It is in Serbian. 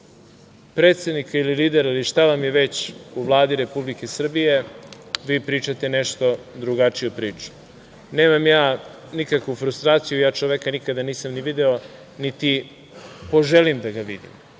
predsednika ili lidera ili šta vam je već u Vladi Republike Srbije vi pričate nešto drugačiju priču. Nemam ja nikakvu frustraciju. Čoveka nikada nisam ni video, niti poželim da ga vidim,